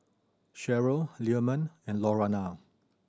Cheryl Leamon and Lurana